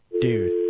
Dude